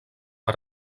per